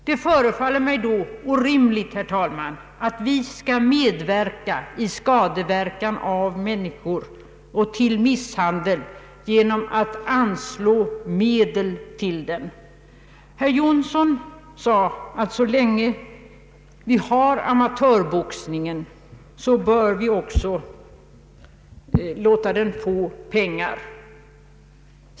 Det förefaller mig då orimligt, herr talman, att vi skall medverka till skadande av människor och till misshandel genom att anslå medel till boxningen. Herr Jonsson sade att så länge vi har amatörboxningen, bör vi också låta den få pengar.